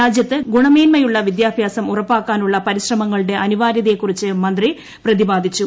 രാജ്യത്ത് ഗുണമേന്മയുള്ള വിദ്യാഭ്യാസം ഉറപ്പാക്കാനുള്ള പരിശ്രമങ്ങളുടെ അനിവാര്യതയെക്കുറിച്ചു മന്ത്രി പ്രതിബാധിച്ചു